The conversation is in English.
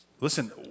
Listen